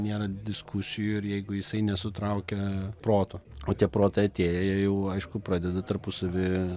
nėra diskusijų ir jeigu jisai nesutraukia protų o tie protai atėję jie jau aišku pradeda tarpusavy